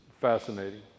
fascinating